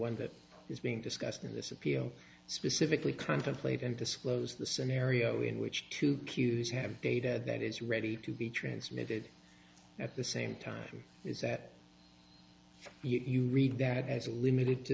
one that is being discussed in this appeal specifically contemplate and disclose the scenario in which two q s have dated that is ready to be transmitted at the same time is that you read that as a limited to